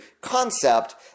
concept